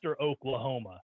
Oklahoma